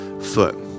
foot